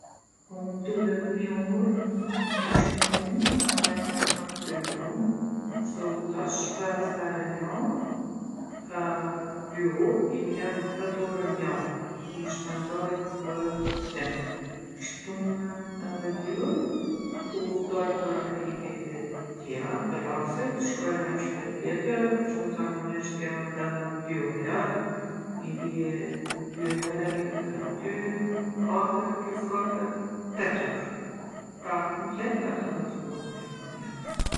Po mu m'duhet ni orë me shku n'punë edhe ni orë me u kthy n'punë. Kshtu tash pesë here n'javë ka dy orë i bjen dhet orë n'javë i shpenzoj për udhtim. Shtunën edhe dillën udhtoj për aktivitete tjera t'relaksit, shkoj naj qytet tjetër që zakonisht janë nga dy orë larg, i bie dy here nga dy, katër plus katër, tetë orë. Pra komplet tetëmdhet orë udhtoj në javë.